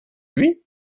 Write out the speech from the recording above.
lui